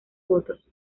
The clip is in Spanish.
fotos